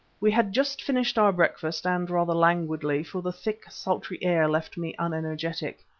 we had just finished our breakfast and rather languidly, for the thick, sultry air left me unenergetic,